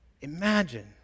Imagine